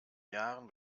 jahren